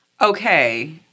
okay